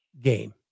game